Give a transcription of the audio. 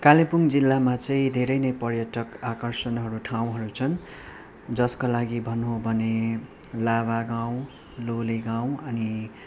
कालिम्पोङ जिल्लामा चाहिँ धेरै नै पर्यटक आकर्षणहरू ठाउँहरू छन जसका लागि भन्नु हो भने लाभा गाउँ लोले गाउँ अनि